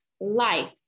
life